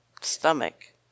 stomach